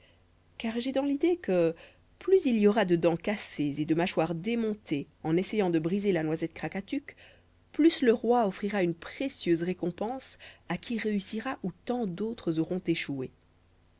car j'ai dans l'idée que plus il y aura de dents cassées et de mâchoires démontées en essayant de briser la noisette krakatuk plus le roi offrira une précieuse récompense à qui réussira où tant d'autres auront échoué